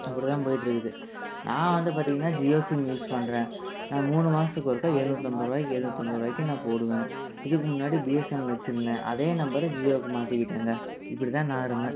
அப்படி தான் போயிட்டு இருக்குது நான் வந்து பார்த்திங்கனா ஜியோ சிம் யூஸ் பண்ணுறேன் நான் மூணு மாதத்துக்கு ஒருக்கா ஏழுநூத்தம்பதுரூவாய்க்கி ஏழுநூத்தம்பதுரூவாய்க்கி நான் போடுவேன் இதுக்கு முன்னாடி பிஎஸ்என்எல் வச்சிருந்தேன் அதே நம்பரை ஜியோவுக்கு மாத்திக்கிட்டேங்க இப்படிதான் நான் இருந்தேன்